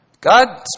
God